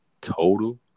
Total